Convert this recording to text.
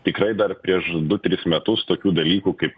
tikrai dar prieš du tris metus tokių dalykų kaip